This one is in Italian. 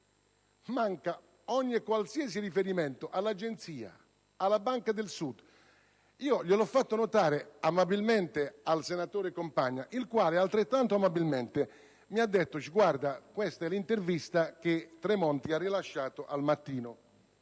manca nel testo qualsiasi riferimento all'Agenzia, alla Banca del Sud. L'ho fatto notare amabilmente al senatore Compagna, il quale altrettanto amabilmente ha citato l'intervista che Tremonti ha rilasciato a «Il Mattino».